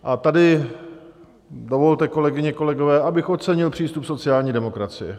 A tady dovolte, kolegyně, kolegové, abych ocenil přístup sociální demokracie.